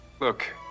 Look